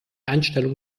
einstellung